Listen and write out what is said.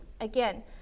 Again